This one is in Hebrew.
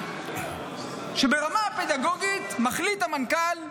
שברמה הפדגוגית מחליט המנכ"ל,